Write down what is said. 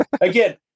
again